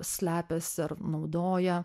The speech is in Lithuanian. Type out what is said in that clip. slepiasi ar naudoja